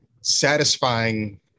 satisfying